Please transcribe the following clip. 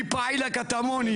אני פעיל הקטמונים.